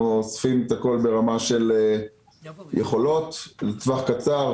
אנחנו אוספים את הכול ברמה של יכולות לטווח קצר,